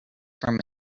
from